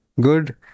good